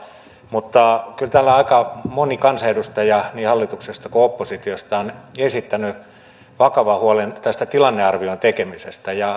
mutta kyllä täällä aika moni kansanedustaja niin hallituksesta kuin oppositiosta on esittänyt vakavan huolen tästä tilannearvion tekemisestä